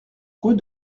rue